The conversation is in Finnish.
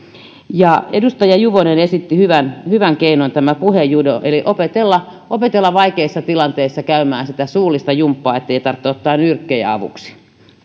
edustaja juvonen esitti hyvän hyvän keinon tämän puhejudon eli opetella käymään vaikeissa tilanteissa sitä suullista jumppaa ettei tarvitse ottaa nyrkkejä avuksi